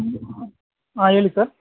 ಹಾಂ ಹೇಳಿ ಸರ್